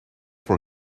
for